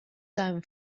down